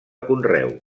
conreu